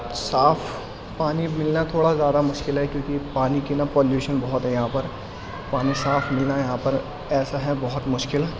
صاف پانی ملنا تھوڑا زیادہ مشکل ہے کیوںکہ پانی کی نا پالیوشن بہت ہے یہاں پر پانی صاف ملنا یہاں پر ایسا ہے بہت مشکل